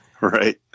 Right